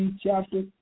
chapter